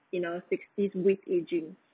in our aging